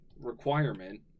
requirement